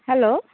hello